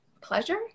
pleasure